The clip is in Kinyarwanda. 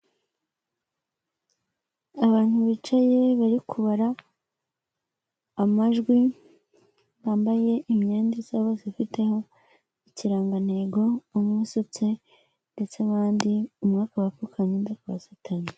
Abantu bicaye bari kubara amajwi bambaye imyenda isa bose ifite ikirangantego, umwe usutse ndetse n'abandi, umwe akaba apfukamye n’undi akaba asutamye.